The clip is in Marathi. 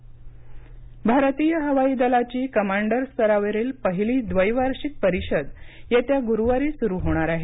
हवाई दल परिषद भारतीय हवाई दलाची कमांडर स्तरावरील पहिली द्वैवार्षिक परिषद येत्या गुरुवारी सुरू होणार आहे